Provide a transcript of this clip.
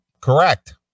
Correct